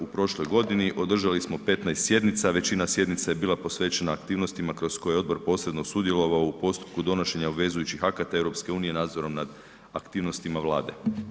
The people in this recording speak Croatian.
U prošloj godini održali smo 15 sjednica, većina sjednica je bila posvećena aktivnostima kroz koje je odbor posredno sudjelovao u postupku donošenja obvezujućih akata EU nadzorom nad aktivnostima Vlade.